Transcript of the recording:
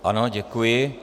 Ano, děkuji.